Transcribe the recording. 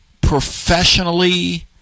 professionally